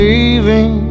Leaving